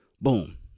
Boom